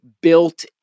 built